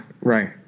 Right